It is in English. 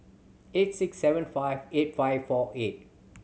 eight six seven five eight five four eight